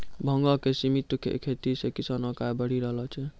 भांगो के सिमित खेती से किसानो के आय बढ़ी रहलो छै